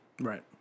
Right